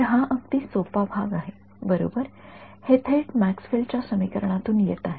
तर हा अगदी सोपा भाग आहे बरोबर हे थेट मॅक्सवेल च्या समीकरणातून येत आहे